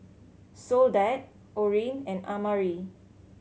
Soledad Orene and Amari